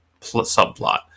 subplot